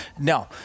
No